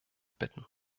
bitten